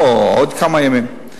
או עוד כמה ימים,